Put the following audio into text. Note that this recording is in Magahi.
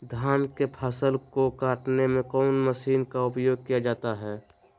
धान के फसल को कटने में कौन माशिन का उपयोग किया जाता है?